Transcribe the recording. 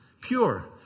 Pure